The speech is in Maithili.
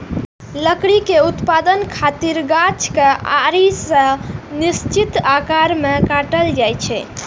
लकड़ी के उत्पादन खातिर गाछ कें आरी सं निश्चित आकार मे काटल जाइ छै